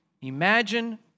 Imagine